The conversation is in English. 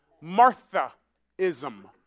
Martha-ism